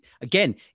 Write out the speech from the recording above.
again